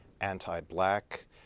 anti-black